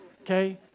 Okay